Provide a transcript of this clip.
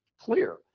clear